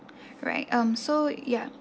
right um so yeah